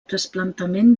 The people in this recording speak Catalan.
trasplantament